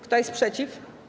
Kto jest przeciw?